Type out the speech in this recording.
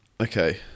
Okay